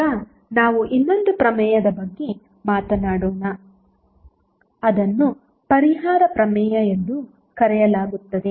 ಈಗ ನಾವು ಇನ್ನೊಂದು ಪ್ರಮೇಯದ ಬಗ್ಗೆ ಮಾತನಾಡೋಣ ಅದನ್ನು ಪರಿಹಾರ ಪ್ರಮೇಯ ಎಂದು ಕರೆಯಲಾಗುತ್ತದೆ